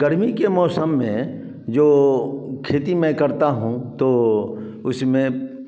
गर्मी के मौसम में जो खेती मैं करता हूँ तो उसमें